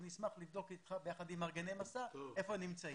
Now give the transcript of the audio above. אני אשמח לבדוק אתך ביחד עם מארגני מסע היכן הם נמצאים.